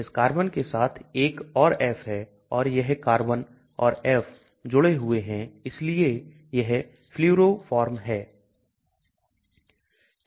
इस कार्बन के साथ एक और F है और यह कार्बन और F जुड़े हुए हैं इसलिए यह Fluoroform है